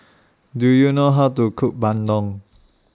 Do YOU know How to Cook Bandung